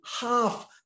half